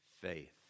faith